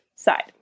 Side